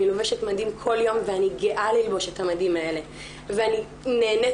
אני לובשת מדים כל יום ואני גאה ללמוד את המדים האלה ואני נהנית